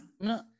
no